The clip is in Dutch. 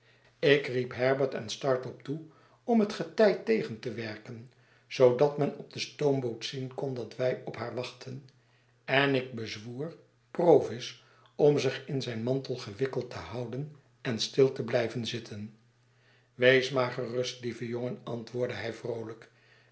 ik riep herbert en startop toe om het getij tegen te werken zoodat men op de stoomboot zien kon dat wij op haar wachtten en ik bezwoer provis om zich in zijn mantel gewikkeld te houden en stil te blijven zitten wees maar gerust lieve jongen antwoordde hij vroolijk